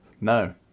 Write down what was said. No